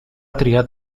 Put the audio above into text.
triat